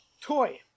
toy